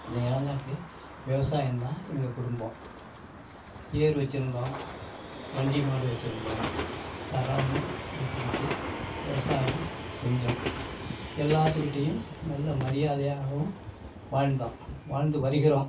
இந்த இளங்காட்லே விவசாயம் தான் எங்கள் குடும்பம் ஏர் வச்சுருந்தோம் வண்டி மாடு வச்சுருந்தோம் சகலமும் வச்சுக்கிட்டு விவசாயம் செஞ்சோம் எல்லாத்துகிட்டேயும் நல்லா மரியாதையாகவும் வாழ்ந்தோம் வாழ்ந்து வருகிறோம்